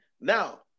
Now